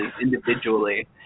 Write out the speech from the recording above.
individually